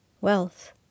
Wealth